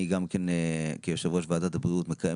אני גם כן כיושב-ראש ועדת הבריאות מקיים